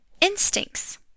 instincts